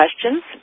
questions